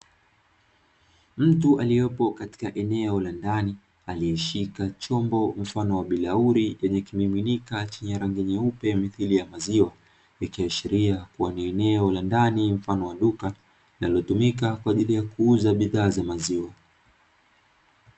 Mtu aliyepo katika eneo la ndani, aliyeshika chombo mfano wa bilauri yenye kimiminika chenye rangi nyeupe mithili ya maziwa, ikiashiria kuwa ni eneo la ndani mfano wa duka na linalotumika kwa ajili ya kuuza bidhaa za maziwa.